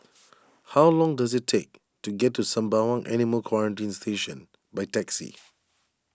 how long does it take to get to Sembawang Animal Quarantine Station by taxi